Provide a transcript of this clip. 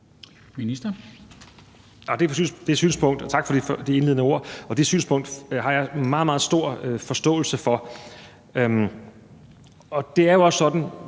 (Magnus Heunicke): Tak for de indledende ord. Og det synspunkt har jeg meget, meget stor forståelse for. Det er jo også sådan,